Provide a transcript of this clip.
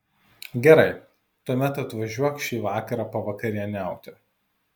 gerai tuomet atvažiuok šį vakarą pavakarieniauti